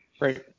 Right